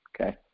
okay